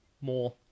more